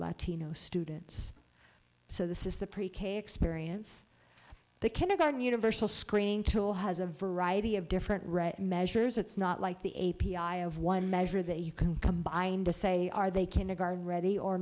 latino students so this is the pre k experience the kindergarten universal screening tool has a variety of different right measures it's not like the a p i of one measure that you can combine to say are they kindergarten ready or